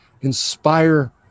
inspire